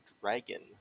dragon